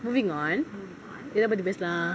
moving on எத பத்தி பேசலாம்:etha pathi pesalaam